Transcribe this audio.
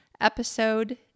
episode